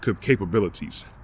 capabilities